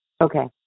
Okay